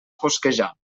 fosquejar